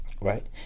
right